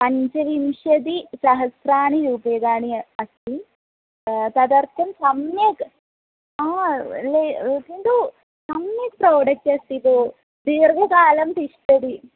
पञ्चविंशति सहस्राणि रूप्यकाणि अस्ति तदर्थं सम्यक् आ किन्तु सम्यक् प्रोडेक्ट् अस्ति भो दीर्घकालं तिष्ठति